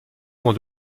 vont